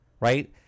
right